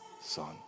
son